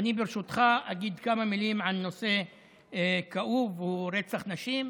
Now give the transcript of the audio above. ברשותך אגיד כמה מילים על נושא כאוב: רצח נשים.